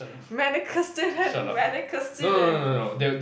medical student medical student